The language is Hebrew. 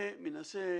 מנסה